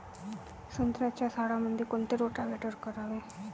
संत्र्याच्या झाडामंदी कोनचे रोटावेटर करावे?